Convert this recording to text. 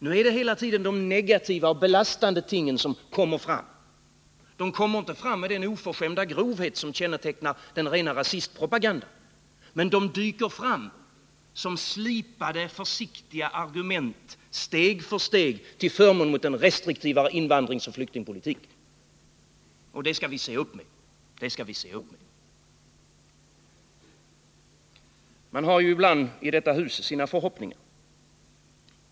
Nu är det hela tiden de negativa och belastande tingen som kommer fram. De förs inte fram med den oförskämda grovhet som kännetecknar den rena rasistpropagandan, men de dyker upp som slipade, försiktiga argument, steg för steg, till förmån för en restriktivare invandringsoch flyktingpolitik. Det skall vi se upp med! Man har ibland sina förhoppningar.